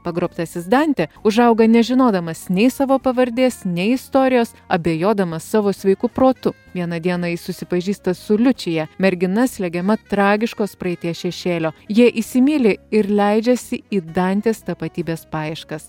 pagrobtasis dantė užauga nežinodamas nei savo pavardės nei istorijos abejodamas savo sveiku protu vieną dieną jis susipažįsta su liučija mergina slegiama tragiškos praeities šešėlio jie įsimyli ir leidžiasi į dantės tapatybės paieškas